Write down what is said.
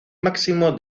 máximo